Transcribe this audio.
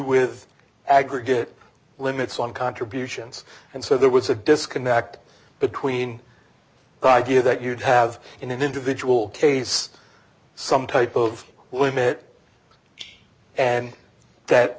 with aggregate limits on contributions and so there was a disconnect between the idea that you would have in an individual case some type of limit and that